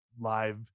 live